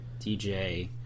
DJ –